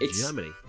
Germany